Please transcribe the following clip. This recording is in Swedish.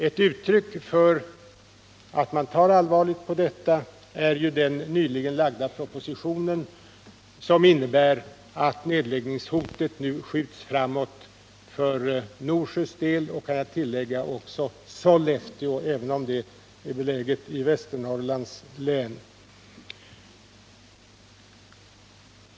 Ett uttryck för att vi tar allvarligt på detta är ju den nyligen framlagda proposition som innebär att nedläggningshotet nu skjuts framåt för Norsjös del och — kan jag tillägga — också för Skellefteå, även om det är beläget i Västernorrlands län.